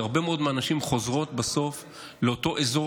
כי הרבה מאוד מהנשים חוזרות בסוף לאותו אזור